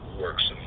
works